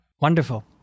Wonderful